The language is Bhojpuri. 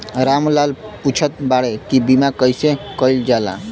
राम लाल पुछत बाड़े की बीमा कैसे कईल जाला?